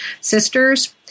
Sisters